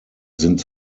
sind